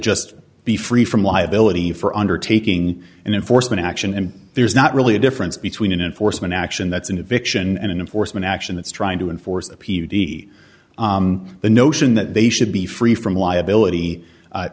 just be free from liability for undertaking and enforcement action and there's not really a difference between an enforcement action that's an eviction and an enforcement action that's trying to enforce the p d the notion that they should be free from liability